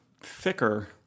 thicker